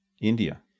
India